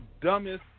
dumbest